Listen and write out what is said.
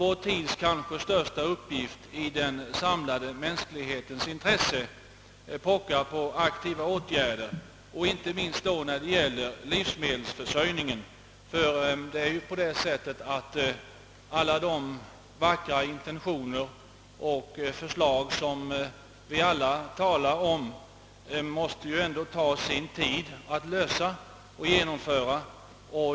Vår tids kanske största uppgift i den samlade mänsklighetens intresse pockar på aktiva åtgärder inte minst när det gäller livsmedelsförsörjningen, ty alla de vackra intentioner och förslag som vi alla talar om måste ju ändå ta sin tid att genomföra.